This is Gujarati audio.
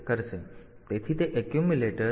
તેથી તે એક્યુમ્યુલેટર અને બાઈટના નિબલ્સ ની આપલે કરશે